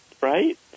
right